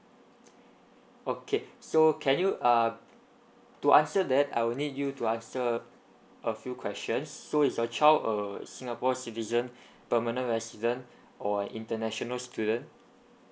okay so can you ah to answer that I will need you to answer a few questions so is your child uh singapore citizen permanent resident or international student